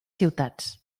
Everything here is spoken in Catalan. ciutats